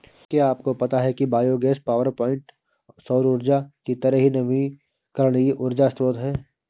क्या आपको पता है कि बायोगैस पावरप्वाइंट सौर ऊर्जा की तरह ही नवीकरणीय ऊर्जा स्रोत है